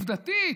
עובדתית,